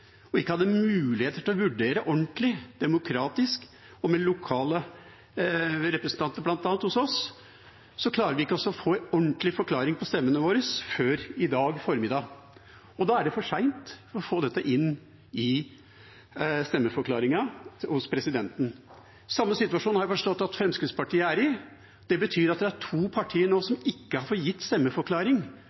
og ikke hadde mulighet til å vurdere ordentlig, demokratisk og med lokale representanter bl.a. hos oss – klarte vi ikke å få en ordentlig forklaring av stemmegivingen vår før i dag formiddag. Da var det for seint å få det inn i stemmeforklaringen til presidenten. Den samme situasjonen har jeg forstått at Fremskrittspartiet er i. Det betyr at det er to partier som ikke har fått avgi stemmeforklaring